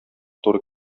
туры